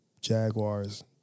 Jaguars